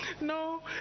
no